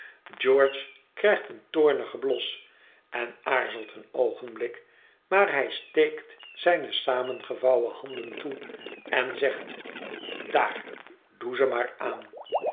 george krijgt een toornigen blos en aarzelt een oogenblik maar hij steekt zijne samengevouwene handen toe en zegt daar doe ze maar aan